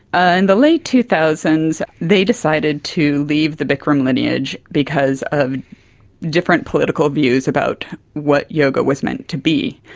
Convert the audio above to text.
and the late two thousand s they decided to leave the bikram lineage because of different political views about what yoga was meant to be.